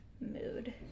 Mood